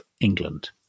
England